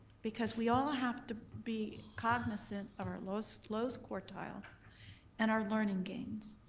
because we all have to be cognizant of our lowest lowest quartile and our learning games,